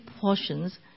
portions